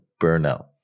burnout